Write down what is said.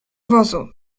wozu